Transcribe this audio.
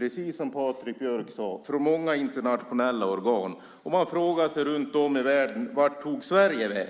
Precis som Patrik Björck sade har Sverige lämnat många internationella organ. Man frågar sig runt om i världen vart Sverige tog vägen.